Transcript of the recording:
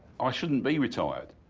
i shouldn't be retired.